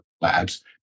labs